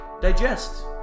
digest